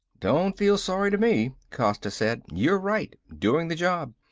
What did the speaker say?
don't feel sorry to me, costa said. you're right. doing the job.